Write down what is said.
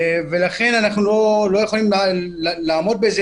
ולכן אנחנו לא יכולים לעמוד בזה,